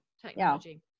technology